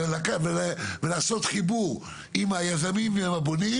ולעשות חיבור עם היזמים ועם הבונים,